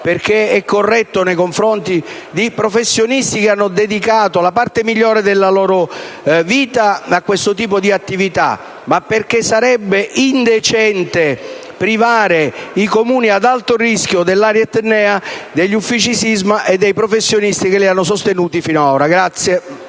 perché è corretto nei confronti di professionisti che hanno dedicato la parte migliore della loro vita a questo tipo di attività, ma perché sarebbe indecente privare i Comuni ad alto rischio dell'area etnea degli uffici sisma e dei professionisti che li hanno sostenuti finora.